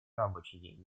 рабочий